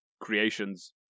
creations